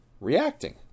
reacting